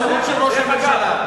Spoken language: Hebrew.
ביציע יבואן,